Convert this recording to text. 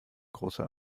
großer